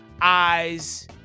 eyes